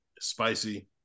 Spicy